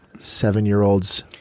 Seven-year-olds